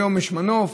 היום יש מנוף,